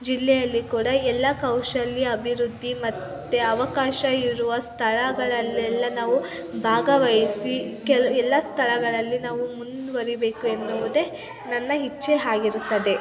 ಜಿಲ್ಲೆಯಲ್ಲಿ ಕೂಡ ಎಲ್ಲ ಕೌಶಲ್ಯ ಅಭಿವೃದ್ದಿ ಮತ್ತು ಅವಕಾಶ ಇರುವ ಸ್ಥಳಗಳಲ್ಲೆಲ್ಲ ನಾವು ಭಾಗವಹಿಸಿ ಕೆಲ ಎಲ್ಲ ಸ್ಥಳಗಳಲ್ಲಿ ನಾವು ಮುಂದುವರಿಬೇಕು ಎನ್ನುವುದೇ ನನ್ನ ಇಚ್ಛೆ ಆಗಿರುತ್ತದೆ